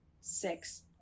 Six